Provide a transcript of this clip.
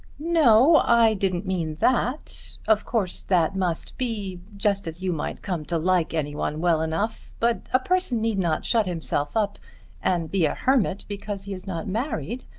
no i didn't mean that. of course that must be just as you might come to like any one well enough. but a person need not shut himself up and be a hermit because he is not married.